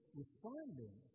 responding